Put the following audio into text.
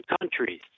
countries